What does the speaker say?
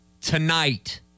tonight